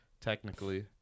technically